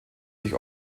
sich